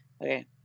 Okay